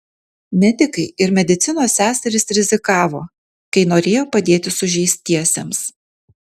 medikai ir medicinos seserys rizikavo kai norėjo padėti sužeistiesiems